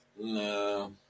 No